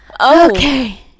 Okay